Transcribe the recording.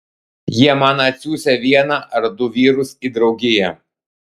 jie man atsiųsią vieną ar du vyrus į draugiją